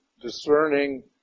discerning